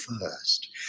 first